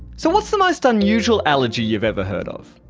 so what's the most unusual allergy you've ever heard of?